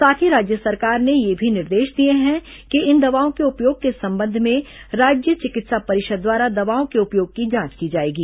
साथ ही राज्य सरकार ने यह भी निर्देश दिए हैं कि इन दवाओं के उपयोग के संबंध में राज्य चिकित्सा परिषद द्वारा दवाओं के उपयोग की जांच की जाएगी